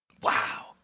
Wow